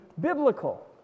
biblical